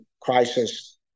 crisis